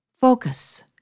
Focus